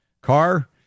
car